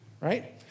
right